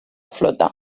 flota